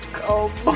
come